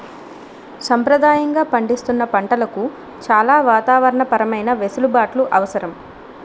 సంప్రదాయంగా పండిస్తున్న పంటలకు చాలా వాతావరణ పరమైన వెసులుబాట్లు అవసరం